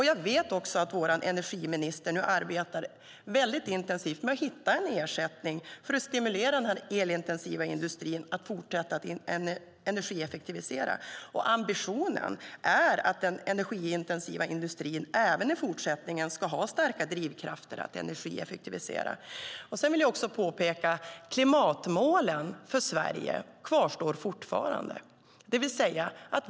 Jag vet att vår energiminister nu arbetar mycket intensivt med att hitta en ersättning för att stimulera den elintensiva industrin att fortsätta energieffektivisera. Ambitionen är att den energiintensiva industrin även i fortsättningen ska ha starka drivkrafter att energieffektivisera. Jag vill också påpeka att Sveriges klimatmål fortfarande kvarstår.